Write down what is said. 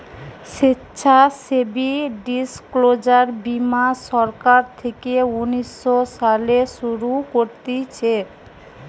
স্বেচ্ছাসেবী ডিসক্লোজার বীমা সরকার থেকে উনিশ শো সালে শুরু করতিছে